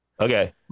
Okay